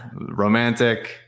Romantic